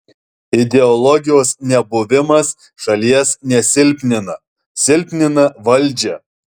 ideologijos nebuvimas šalies nesilpnina silpnina valdžią